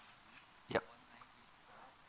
yup